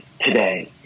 today